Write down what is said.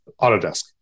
Autodesk